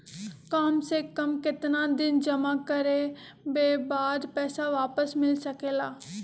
काम से कम केतना दिन जमा करें बे बाद पैसा वापस मिल सकेला?